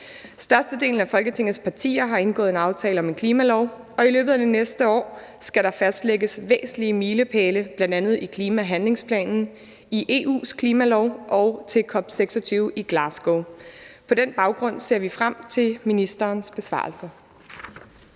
Størstedelen af Folketingets partier har indgået en aftale om en klimalov, og i løbet af det næste år skal der fastlægges væsentlige milepæle i bl.a. klima- og handlingsplanen, i EU's klimalov og til COP26 i Glasgow. På den baggrund ser vi frem til ministerens besvarelse.